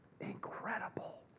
Incredible